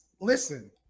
listen